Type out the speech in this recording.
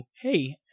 hey